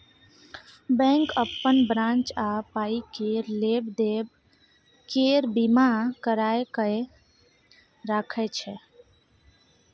bank अपन branch आ पाइ केर लेब देब केर बीमा कराए कय राखय छै